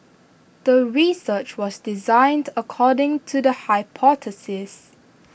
the research was designed according to the hypothesis